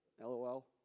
LOL